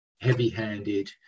heavy-handed